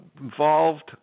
involved